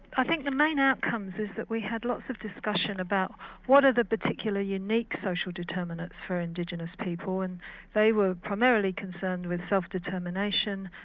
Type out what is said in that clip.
i think the main outcomes is that we had lots of discussion about what are the particular unique social determinants for indigenous people and they were primarily concerned with self determination,